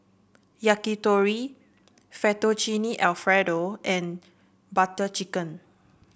Yakitori Fettuccine Alfredo and Butter Chicken